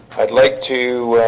i'd like to